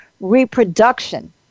reproduction